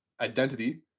identity